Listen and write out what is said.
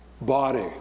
body